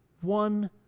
one